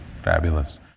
Fabulous